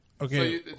Okay